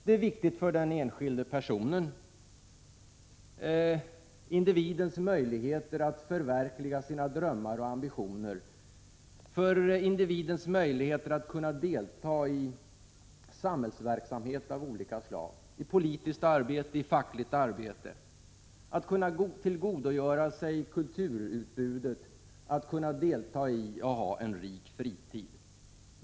Det är viktigt för den enskilde individen, för individens möjligheter att förverkliga sina drömmar och ambitioner, att delta i samhällsverksamhet av olika slag — politiskt arbete och fackligt arbete — att kunna tillgodogöra sig kulturutbudet och att ha en rik fritid.